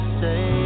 say